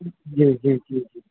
જી જી જી